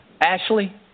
Ashley